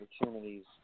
opportunities